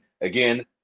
Again